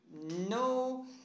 no